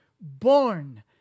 born